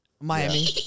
Miami